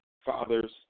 Father's